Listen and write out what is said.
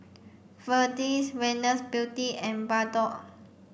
Ferdix Venus Beauty and Bardot